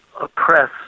oppress